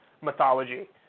mythology